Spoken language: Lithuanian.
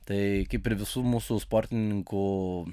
tai kaip ir visų mūsų sportininkų